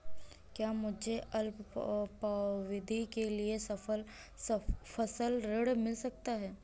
क्या मुझे अल्पावधि के लिए फसल ऋण मिल सकता है?